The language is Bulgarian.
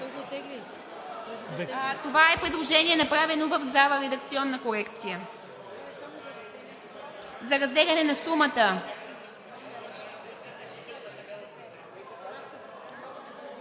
Това е предложение, направено в залата – редакционна корекция за разделяне на сумата.